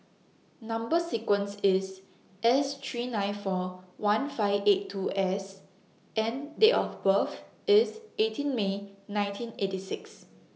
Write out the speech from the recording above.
Number sequence IS S three nine four one five eight two S and Date of birth IS eighteen May nineteen eighty six